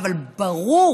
אבל ברור